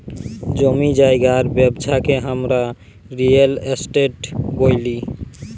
জমি জায়গার ব্যবচ্ছা কে হামরা রিয়েল এস্টেট ব্যলি